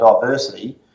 diversity